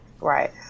Right